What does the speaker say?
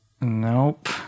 nope